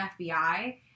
FBI